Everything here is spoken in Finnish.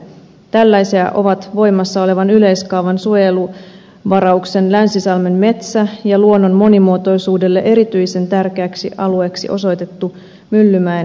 tällaisia ovat voimassa olevan yleiskaavan suojeluvarauksen länsisalmen metsä ja luonnon monimuotoisuudelle erityisen tärkeäksi alueeksi osoitettu myllymäen metsäalue